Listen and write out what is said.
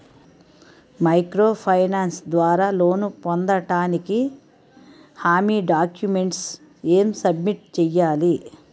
Micro finance ద్వారా loan పొందటానికి హామీ డాక్యుమెంట్స్ ఎం సబ్మిట్ చేయాలి?